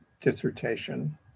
dissertation